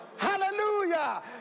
Hallelujah